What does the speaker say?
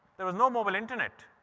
there was no mobile internet.